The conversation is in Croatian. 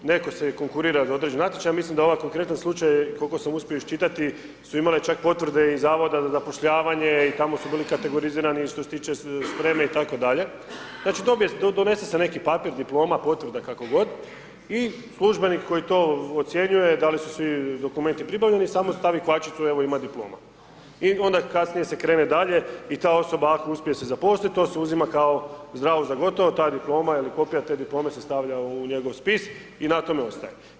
Neko se konkurira na određeni natječaj, mislim da ova konkretan slučaj kolko sam uspio iščitati su imale čak potvrde i Zavoda za zapošljavanje i tamo su bili kategorizirani što se tiče spreme itd., znači donese se neki papir, diploma, potvrda kako god i službenik koji to ocjenjuje da li su svi dokumenti pribavljeni samo stavi kvačicu, evo ima diploma i onda kasnije se krene dalje i ta osoba ako uspje se zaposlit to se uzima kao zdravo za gotovo, ta diploma ili kopija te diplome se stavlja u njegov spis i na tome ostaje.